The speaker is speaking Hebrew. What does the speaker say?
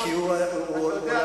אתה יודע,